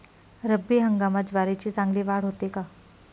रब्बी हंगामात ज्वारीची चांगली वाढ होते का?